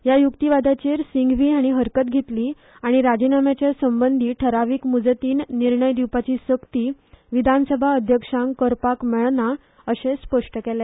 ह्या युक्तीवादाचेर सिंघवी हाणी हरकत घेतली आनी राजीनाम्याच्या संबंधी ठराविक मुजतीन निर्णय घेवपाची सक्ती विधानसभा अध्यक्षांक करपाक मेळना अशे स्पष्ट केले